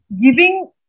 giving